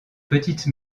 petites